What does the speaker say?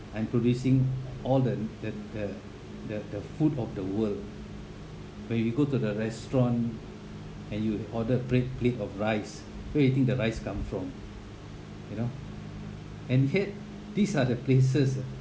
I'm producing all the the the the the food of the world where you go to the restaurant and you order plate plate of rice where you think the rice come from you know and yet these are the places